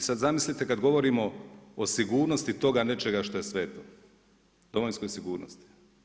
I sad zamislite kad govorimo o sigurnosti toga nečega što je sveto, domovinskoj sigurnosti.